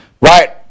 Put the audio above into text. Right